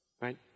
right